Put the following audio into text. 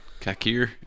Kakir